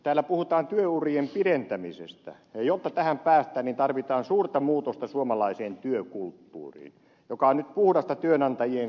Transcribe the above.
täällä puhutaan työurien pidentämisestä ja jotta tähän päästään tarvitaan suurta muutosta suomalaiseen työkulttuuriin joka on nyt puhdasta työnantajien sanelupolitiikkaa